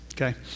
okay